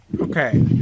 Okay